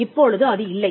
இப்பொழுது அது இல்லை